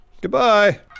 Goodbye